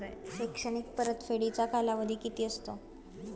शैक्षणिक परतफेडीचा कालावधी किती असतो?